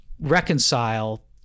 reconcile